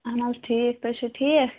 اَہَن حظ ٹھیٖک تُہۍ چھِو ٹھیٖک